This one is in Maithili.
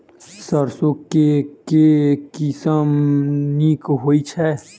सैरसो केँ के किसिम नीक होइ छै?